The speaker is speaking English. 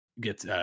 get